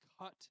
cut